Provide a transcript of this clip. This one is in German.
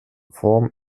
form